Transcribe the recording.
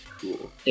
cool